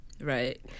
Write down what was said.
Right